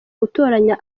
gutoranya